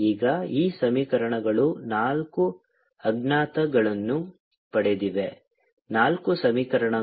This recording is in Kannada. ಈಗ ಈ ಸಮೀಕರಣಗಳು ನಾಲ್ಕು ಅಜ್ಞಾತಗಳನ್ನು ಪಡೆದಿವೆ ನಾಲ್ಕು ಸಮೀಕರಣಗಳು